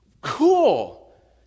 Cool